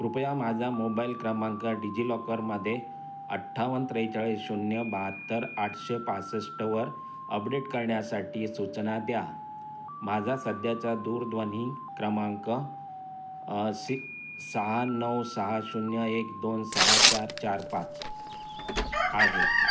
कृपया माझा मोबाईल क्रमांक डिजिलॉकरमध्ये अठ्ठावन्न त्रेचाळीस शून्य बहात्तर आठशे पासष्टवर अपडेट करण्यासाठी सूचना द्या माझा सध्याचा दूरध्वनी क्रमांक सिक सहा नऊ सहा शून्य एक दोन सहा चार चार पाच आहे